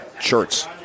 shirts